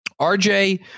RJ